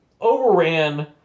overran